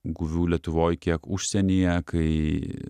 guvių lietuvoj tiek užsienyje kai